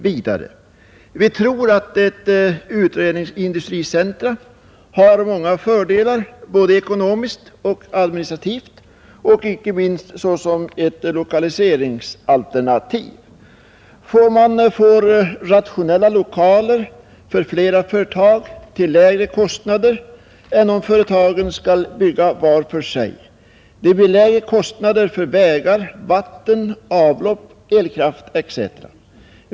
Vi tror att industricentra har många fördelar både ekonomiskt och administrativt och icke minst såsom ett lokaliseringsalternativ. Man får rationella lokaler för flera företag till lägre kostnader än om företagen skall bygga vart för sig. Det blir lägre kostnader för vägar, vatten, avlopp, elkraft etc.